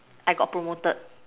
I got promoted